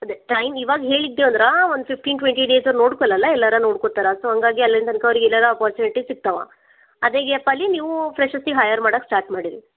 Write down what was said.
ಅದೇ ಟೈಮ್ ಈವಾಗ ಹೇಳಿದೆವು ಅಂದ್ರೆ ಒಂದು ಫಿಫ್ಟೀನ್ ಟ್ವೆಂಟಿ ಡೇಸಲ್ಲಿ ನೋಡ್ಕೊಳಲಲ್ಲ ಎಲ್ಲಾರು ನೋಡ್ಕೋತಾರೆ ಸೋ ಹಾಗಾಗಿ ಅಲ್ಲಿ ನಂತರ ಅವರಿಗೆ ಎಲ್ಲಾರು ಅಪಾರ್ಚುನಿಟಿ ಸಿಗ್ತಾವೆ ಅದೇ ಗ್ಯಾಪಲ್ಲಿ ನೀವು ಫ್ರೆಶರ್ಸ್ಗೆ ಹೈಯರ್ ಮಾಡಕ್ಕೆ ಸ್ಟಾರ್ಟ್ ಮಾಡಿರಿ